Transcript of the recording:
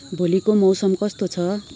भोलिको मौसम कस्तो छ